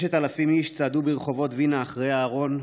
6,000 איש צעדו ברחובות וינה אחרי הארון.